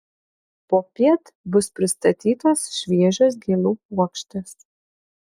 popiet bus pristatytos šviežios gėlių puokštės